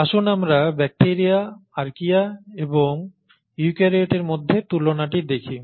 আসুন আমরা bacteria archaea এবং ইউক্যারিওটের মধ্যে তুলনাটি দেখি